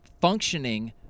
functioning